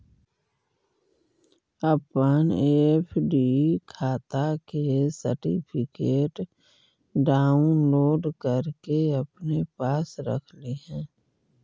अपन एफ.डी खाता के सर्टिफिकेट डाउनलोड करके अपने पास रख लिहें